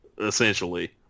essentially